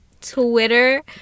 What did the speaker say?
Twitter